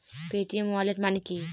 Paytm wallet মানে কি?